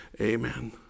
amen